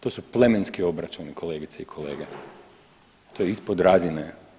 To su plemenski obračuni kolegice i kolege, to je ispod razine.